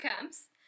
comes